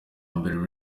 mbere